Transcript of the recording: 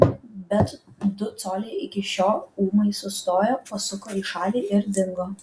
bet du coliai iki šio ūmai sustojo pasuko į šalį ir dingo